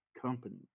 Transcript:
company